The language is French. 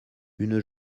une